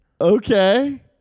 Okay